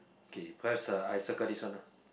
okay perhaps uh I circle this one lah